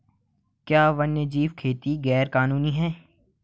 क्या वन्यजीव खेती गैर कानूनी है?